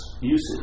usage